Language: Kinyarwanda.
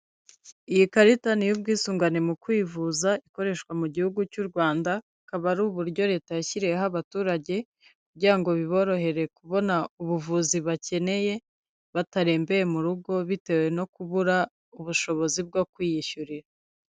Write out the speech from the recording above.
Iyi karita ni iy'ubwisungane mu kwivuza, ikoreshwa mu gihugu cy'u Rwanda, akaba ari uburyo leta yashyiriyeho abaturage kugira ngo biborohere kubona ubuvuzi bakeneye, batarembeye mu rugo bitewe no kubura ubushobozi bwo kwiyishyurira.